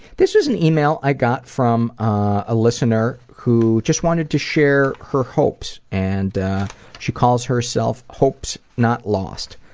this is an email i got from a listener who just wanted to share her hopes and she calls herself hopes not lost,